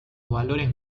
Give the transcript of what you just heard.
valores